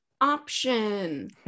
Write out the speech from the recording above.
option